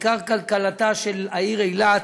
עיקר כלכלתה של העיר אילת